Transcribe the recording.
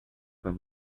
pas